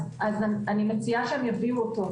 אני מציעה שיביאו אותו,